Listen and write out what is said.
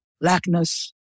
Blackness